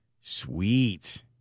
Sweet